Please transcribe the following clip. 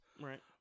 Right